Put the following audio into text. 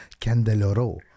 Candeloro